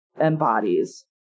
embodies